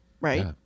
right